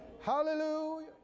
Hallelujah